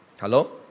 Hello